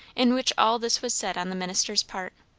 in which all this was said on the minister's part.